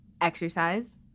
exercise